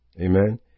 Amen